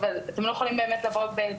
אבל אתם לא באמת יכולים לבוא בטענות.